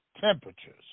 temperatures